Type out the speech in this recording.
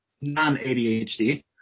non-ADHD